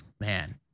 Man